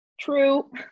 true